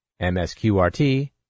MSQRT